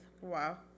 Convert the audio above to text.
wow